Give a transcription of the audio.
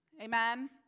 Amen